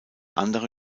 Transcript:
andere